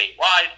statewide